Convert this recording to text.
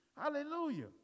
Hallelujah